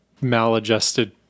maladjusted